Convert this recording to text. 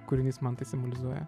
kūrinys man tai simbolizuoja